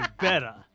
better